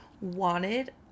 wanted